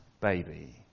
baby